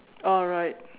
alright